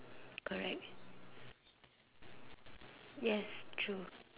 yes true